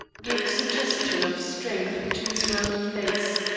gave a suggestion of strength to his rounded face,